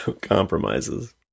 Compromises